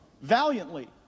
valiantly